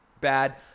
bad